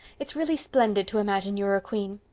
it's really splendid to imagine you are a queen.